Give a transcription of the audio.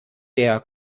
der